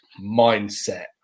mindset